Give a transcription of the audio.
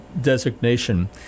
designation